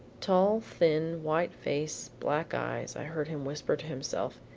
tall, thin, white face, black eyes. i heard him whisper to himself.